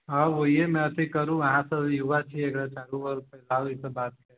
हँ वएह न अथि करु अहाँसब युवा छी जागरूक करु ईसब बात